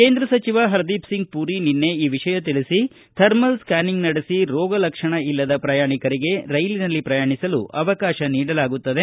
ಕೇಂದ್ರ ಸಚಿವ ಹರದೀಪ್ ಸಿಂಗ್ ಪೂರಿ ನಿನ್ನೆ ಈ ವಿಷಯ ತಿಳಿಸಿ ಥರ್ಮಲ್ ಸ್ಯಾನಿಂಗ್ ನಡೆಸಿ ರೋಗಲಕ್ಷಣ ಇಲ್ಲದ ಪ್ರಯಾಣಿಕರಿಗೆ ರೈಲಿನಲ್ಲಿ ಪ್ರಯಾಣಿಸಲು ಅವಕಾಶ ನೀಡಲಾಗುತ್ತದೆ